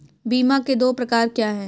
बीमा के दो प्रकार क्या हैं?